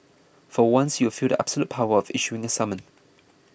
for once you'll feel the absolute power of issuing a summon